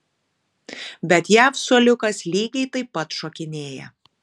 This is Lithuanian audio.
bet jav suoliukas lygiai taip pat šokinėja